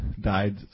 died